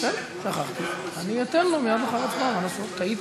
ההצעה להעביר את הנושא לוועדה שתקבע ועדת הכנסת נתקבלה.